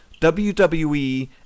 WWE